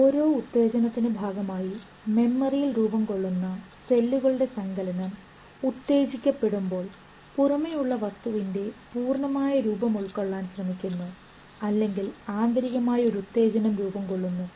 ഓരോ ഉത്തേജനത്തിനു ഭാഗമായി മെമ്മറിയിൽ രൂപംകൊള്ളുന്ന സെല്ലുകളുടെ സങ്കലനം ഉത്തേജിക്കപ്പെടുമ്പോൾ പുറമേയുള്ള വസ്തുവിൻറെ പൂർണ്ണമായ രൂപം ഉൾക്കൊള്ളാൻ ശ്രമിക്കുന്നു അല്ലെങ്കിൽ ആന്തരികമായി ഒരു ഉത്തേജനം രൂപംകൊള്ളുന്നു